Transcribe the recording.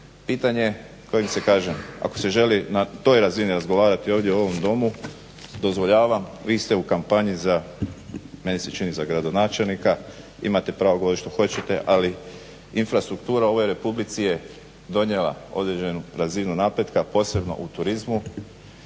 pitanje kojim se kažem, ako se želi na toj razini razgovarati ovdje u ovom Domu dozvoljavam. Vi ste u kampanji meni se čini za gradonačelnika. Imate pravo govoriti što hoćete, ali infrastruktura u ovoj Republici je donijela određenu razinu napretka posebno u turizmu.